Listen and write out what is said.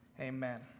amen